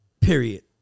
Period